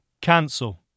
Cancel